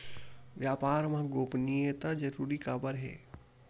व्यापार मा गोपनीयता जरूरी काबर हे?